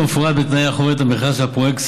כמפורט בתנאי חוברת המכרז של הפרויקט.